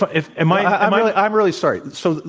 but if am i i'm really i'm really sorry. so,